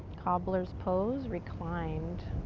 cobbler's pose, reclined.